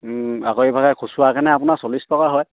আকৌ এইফালে খুচুৰা কেনে আপোনাৰ চল্লিছ টকা হয়